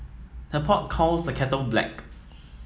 the pot calls the kettle black